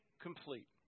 complete